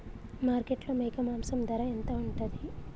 మార్కెట్లో మేక మాంసం ధర ఎంత ఉంటది?